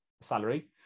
salary